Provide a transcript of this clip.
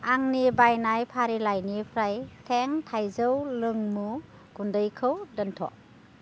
आंनि बायनाय फारिलाइनिफ्राय थें थायजौ लोंमु गुन्दैखौ दोनथ'